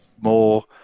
more